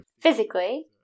physically